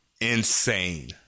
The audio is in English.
Insane